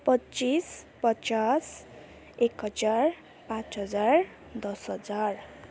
पच्चिस पचास एक हजार पाँच हजार दस हजार